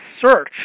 search